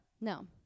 no